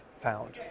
found